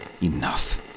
Enough